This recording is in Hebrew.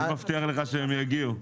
אני מבטיח לך שהם יגיעו.